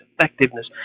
effectiveness